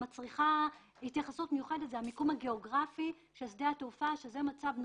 מצריכה התייחסות מיוחדת המיקום הגיאוגרפי של שדה התעופה שהוא מצב נתון.